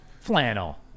Flannel